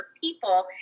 people